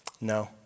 No